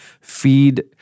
feed